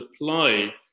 apply